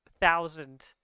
thousand